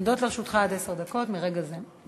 עומדות לרשותך עד עשר דקות מרגע זה.